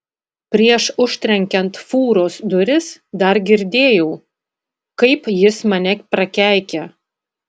prieš užtrenkiant fūros duris dar girdėjau kaip jis mane prakeikia